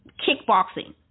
kickboxing